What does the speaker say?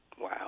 Wow